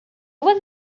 was